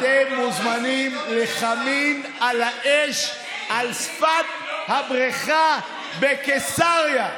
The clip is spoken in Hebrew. אתם מוזמנים לחמין על האש על שפת הבריכה בקיסריה.